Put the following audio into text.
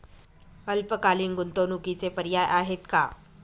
अल्पकालीन गुंतवणूकीचे पर्याय आहेत का?